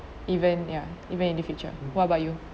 even ya even in the future what about you